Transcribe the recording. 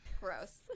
gross